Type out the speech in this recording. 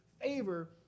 favor